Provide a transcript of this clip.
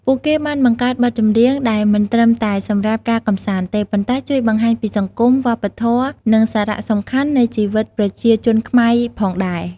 ពួកគេបានបង្កើតបទចម្រៀងដែលមិនត្រឹមតែសម្រាប់ការកម្សាន្តទេ ប៉ុន្តែជួយបង្ហាញពី សង្គម, វប្បធម៌ និងសារសំខាន់ៗនៃជីវិតប្រជាជនខ្មែរផងដែរ។